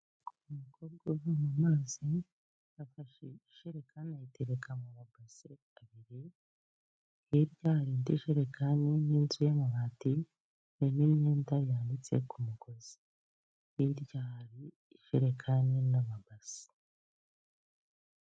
Umukobwa uri kuvama amazi, afashe ijerekani ayitereka mu mabase abiri, hirya hari indi jerekani n'inzu y'amabati n'imyenda yanitse ku mugozi, hirya hari ijerekani n'amabasa.